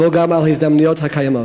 כמו גם על ההזדמנויות הקיימות.